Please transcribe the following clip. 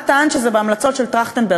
את טענת שזה בהמלצות של טרכטנברג.